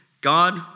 God